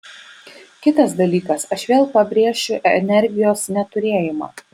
kitas dalykas aš vėl pabrėšiu energijos neturėjimą